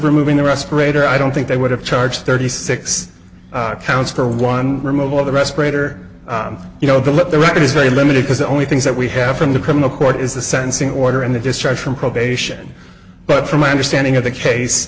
of removing the respirator i don't think they would have charged thirty six counts for one removal of the respirator you know the let the record is very limited because the only things that we have from the criminal court is the sentencing order and the destruction probation but from my understanding of the case